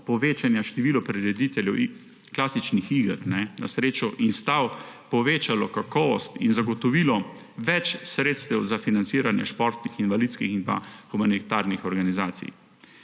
povečanje števila prirediteljev klasičnih iger na srečo in stav povečalo kakovost in zagotovilo več sredstev za financiranje športnih, invalidskih in humanitarnih organizacij?